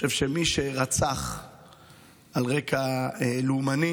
אני חושב שמי שרצח על רקע לאומני